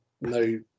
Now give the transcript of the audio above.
no